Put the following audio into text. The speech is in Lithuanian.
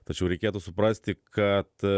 tačiau reikėtų suprasti kad